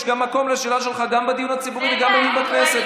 יש גם מקום לשאלה שלך גם בדיון הציבורי וגם בדיון בכנסת.